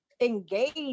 engage